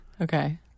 Okay